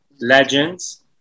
Legends